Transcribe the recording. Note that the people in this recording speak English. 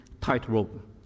tightrope